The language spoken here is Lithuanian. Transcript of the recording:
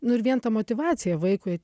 nu ir vien ta motyvacija vaikui